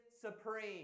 supreme